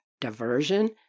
diversion